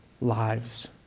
lives